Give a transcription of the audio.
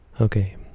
Okay